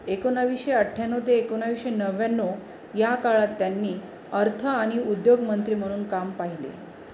एकोणावीसशे अठ्याण्णव ते एकोणावीसशे नव्याण्णव या काळात त्यांनी अर्थ आणि उद्योगमंत्री म्हणून काम पाहिले